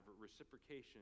reciprocation